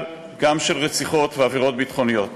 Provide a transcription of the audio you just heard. גם של רציחות ועבירות ביטחוניות.